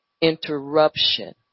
interruption